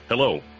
Hello